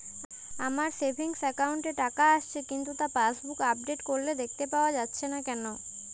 আমার savings account এ টাকা আসছে কিন্তু তা পাসবুক আপডেট করলে দেখতে পাওয়া যাচ্ছে না কেন?